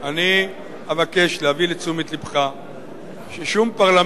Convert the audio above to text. אני אבקש להביא לתשומת-לבך ששום פרלמנט